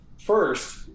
First